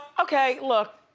okay, look,